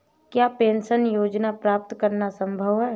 क्या पेंशन योजना प्राप्त करना संभव है?